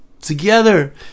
together